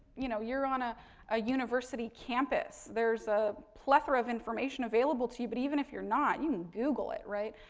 you know, you're on ah a university campus. there's a plethora of information available to you. but, even if you're not, you can google it, right.